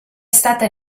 stata